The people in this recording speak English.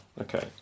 Okay